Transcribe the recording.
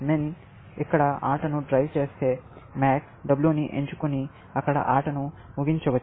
MIN ఇక్కడ ఆటను drive చేస్తే MAX W ని ఎంచుకుని అక్కడ ఆటను ముగించవచ్చు